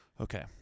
Okay